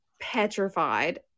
petrified